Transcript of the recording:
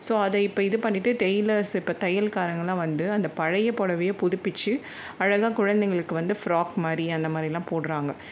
so அதை இப்போ இது பண்ணிட்டு டைலர்ஸ் இப்போ தையல்காரங்கலாம் வந்து அந்த பழைய புடவைய புதுப்பிச்சி அழகா குழந்தைங்களுக்கு வந்து ஃப்ராக் மாதிரி அந்த மாதிரி எல்லாம் போடுறாங்க